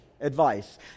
advice